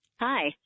Hi